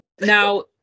now